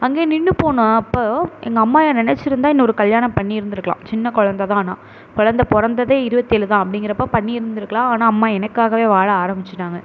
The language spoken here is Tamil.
அங்கேயே நின்று போன அப்போது எங்கள் அம்மா நெனைச்சிருந்தா இன்னொரு கல்யாணம் பண்ணி இருந்திருக்கலாம் சின்னக் கொழந்த தான் நான் கொழந்த பிறந்ததே இருவத்தேழு தான் அப்படிங்கிறப்போ பண்ணி இருந்திருக்கலாம் ஆனால் அம்மா எனக்காகவே வாழ ஆரம்பிச்சுட்டாங்க